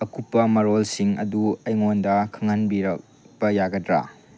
ꯑꯀꯨꯞꯄ ꯃꯔꯣꯜꯁꯤꯡ ꯑꯗꯨ ꯑꯩꯉꯣꯟꯗ ꯈꯪꯍꯟꯕꯤꯔꯛꯄ ꯌꯥꯒꯗ꯭ꯔꯥ